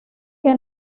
que